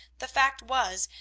the fact was,